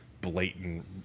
blatant